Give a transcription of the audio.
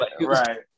Right